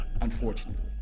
unfortunately